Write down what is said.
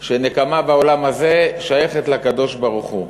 שנקמה בעולם הזה שייכת לקדוש-ברוך-הוא.